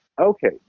Okay